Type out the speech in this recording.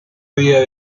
día